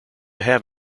have